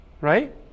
right